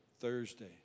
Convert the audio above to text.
Thursday